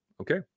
Okay